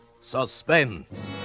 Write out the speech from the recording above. Suspense